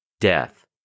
death